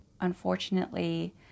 Unfortunately